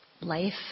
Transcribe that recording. Life